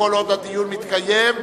כל עוד הדיון מתקיים,